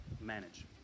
manage